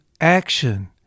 action